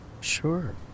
Sure